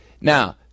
Now